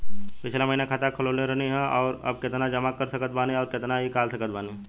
पिछला महीना खाता खोलवैले रहनी ह और अब केतना पैसा जमा कर सकत बानी आउर केतना इ कॉलसकत बानी?